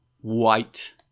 white